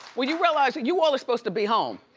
well, you realize you all are supposed to be home.